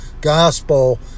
gospel